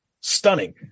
stunning